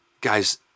Guys